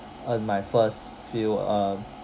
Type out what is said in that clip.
earned my first few um